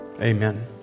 amen